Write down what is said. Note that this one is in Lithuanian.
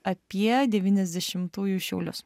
apie devyniasdešimtųjų šiaulius